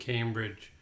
Cambridge